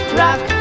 rock